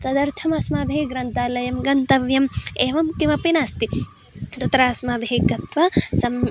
तदर्थम् अस्माभिः ग्रन्थालः गन्तव्यः एवं किमपि नास्ति तत्र अस्माभिः गत्वा सम्